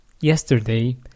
Yesterday